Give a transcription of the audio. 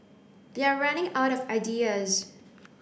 they're running out of ideas